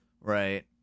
right